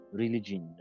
religion